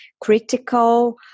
critical